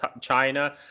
China